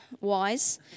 wise